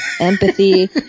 empathy